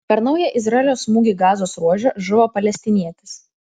per naują izraelio smūgį gazos ruože žuvo palestinietis